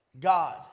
God